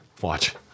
Watch